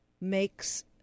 makes